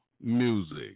music